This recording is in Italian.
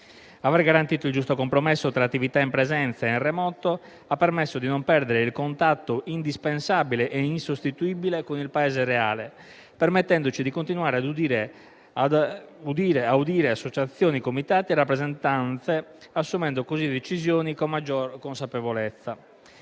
Aver garantito il giusto compromesso tra attività in presenza e in remoto ha permesso di non perdere il contatto, indispensabile e insostituibile, con il Paese reale, permettendoci di continuare ad audire associazioni, comitati e rappresentanze, assumendo così decisioni con maggior consapevolezza.